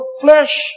flesh